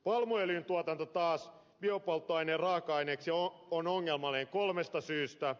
palmuöljyn tuotanto taas biopolttoaineen raaka aineeksi on ongelmallinen kolmesta syystä